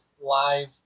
live